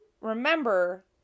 remember